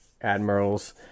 Admirals